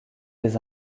des